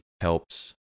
helps